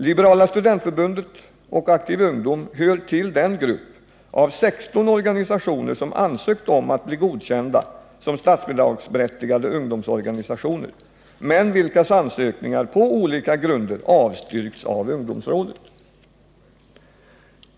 Liberala studentförbundet och Aktiv ungdom hör till den grupp av 16 organisationer som ansökt om att bli godkända som statsbidragsberättigade ungdomsorganisationer, men vilkas ansökningar på olika grunder avstyrkts av ungdomsrådet.